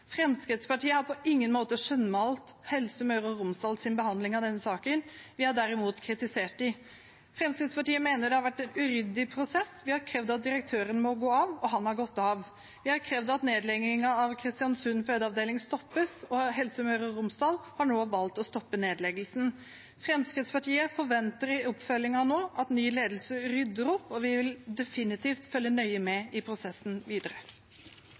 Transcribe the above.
Fremskrittspartiet har på ingen måte skjønnmalt Helse Møre og Romsdals behandling av denne saken. Vi har derimot kritisert dem. Fremskrittspartiet mener prosessen har vært uryddig. Vi har krevd at direktøren må gå av, og han har gått av. Vi har krevd at nedleggingen av Kristiansund fødeavdeling stoppes, og Helse Møre og Romsdal har nå valgt å stoppe nedleggelsen. Fremskrittspartiet forventer i oppfølgingen at ny ledelse rydder opp, og vi vil definitivt følge nøye med i prosessen videre.